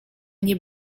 nie